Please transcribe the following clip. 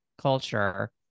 culture